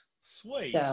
Sweet